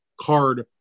card